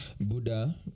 Buddha